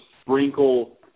sprinkle